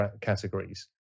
categories